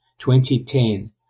2010